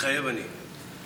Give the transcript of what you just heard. מתחייב אני ברכות.